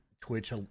Twitch